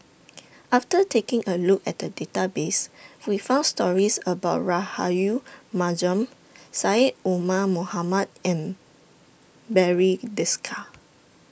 after taking A Look At The Database We found stories about Rahayu Mahzam Syed Omar Mohamed and Barry Desker